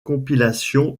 compilation